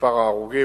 במספר ההרוגים.